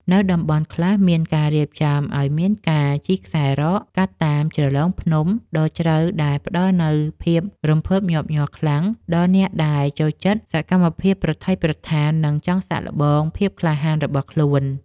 នៅតំបន់ខ្លះមានការរៀបចំឱ្យមានការជិះខ្សែរ៉តកាត់តាមជ្រលងភ្នំដ៏ជ្រៅដែលផ្តល់នូវភាពរំភើបញាប់ញ័រខ្លាំងដល់អ្នកដែលចូលចិត្តសកម្មភាពប្រថុយប្រថាន និង ចង់សាកល្បងភាពក្លាហានរបស់ខ្លួន។